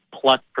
Plus